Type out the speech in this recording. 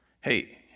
hey